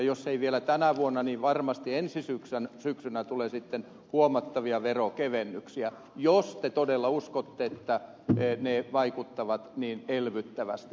jos ei vielä tänä vuonna niin varmasti ensi syksynä tulee sitten huomattavia veronkevennyksiä jos te todella uskotte että ne vaikuttavat niin elvyttävästi